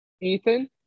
Ethan